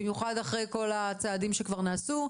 במיוחד אחרי כל הצעדים שכבר נעשו,